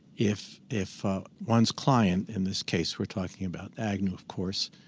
if if one's client, in this case we're talking about agnew of course